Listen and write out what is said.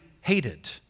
hated